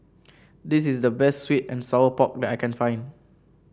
this is the best sweet and Sour Pork that I can find